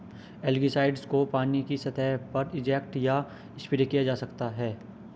algicides को पानी की सतह पर इंजेक्ट या स्प्रे किया जा सकता है